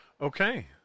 Okay